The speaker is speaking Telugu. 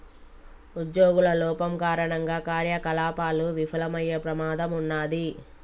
ఉజ్జోగుల లోపం కారణంగా కార్యకలాపాలు విఫలమయ్యే ప్రమాదం ఉన్నాది